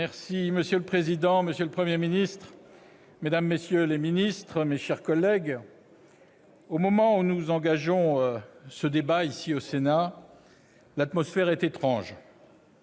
Monsieur le président, monsieur le Premier ministre, mesdames, messieurs les ministres, mes chers collègues, au moment où nous engageons ce débat, ici, au Sénat, l'atmosphère est étrange.